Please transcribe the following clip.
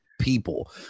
people